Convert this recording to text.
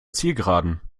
zielgeraden